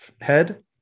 head